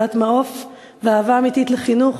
בעלת מעוף ואהבה אמיתית לחינוך.